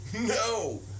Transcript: No